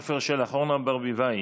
עפר שלח, אורנה ברביבאי,